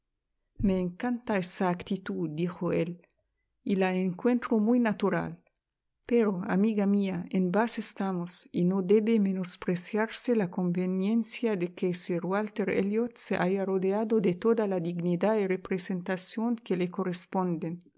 me encanta esa actituddijo él y la encuentro muy natural pero amiga mía en bath estamos y no debe menospreciarse la conveniencia de que sir walter elliot se haya rodeado de toda la dignidad y representación que le corresponden